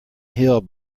hill